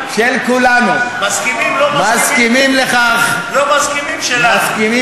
קיצור משך התקופה להרכבת הממשלה),